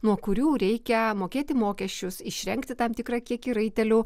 nuo kurių reikia mokėti mokesčius išrengti tam tikrą kiekį raitelių